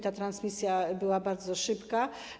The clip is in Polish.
Transmisja była bardzo szybka.